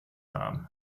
haben